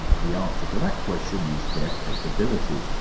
the answer to that question is their capabilities,